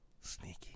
Sneaky